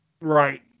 Right